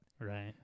Right